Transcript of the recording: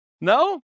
No